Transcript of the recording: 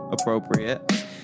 Appropriate